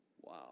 Wow